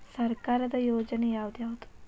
ಸರ್ಕಾರದ ಯೋಜನೆ ಯಾವ್ ಯಾವ್ದ್?